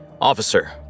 Officer